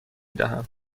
دهم